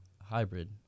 hybrid